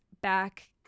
back